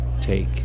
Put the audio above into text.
take